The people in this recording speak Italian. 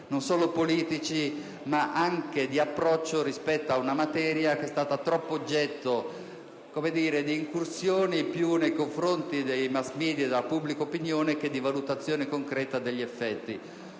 non solo politici ma anche di approccio rispetto ad una materia che è stata troppo oggetto più di incursioni nei confronti dei *mass-media* e della pubblica opinione che di valutazione concreta degli effetti.